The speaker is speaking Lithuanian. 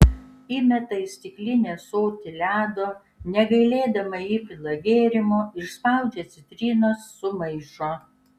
įmeta į stiklinį ąsotį ledo negailėdama įpila gėrimų išspaudžia citrinos sumaišo